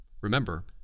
Remember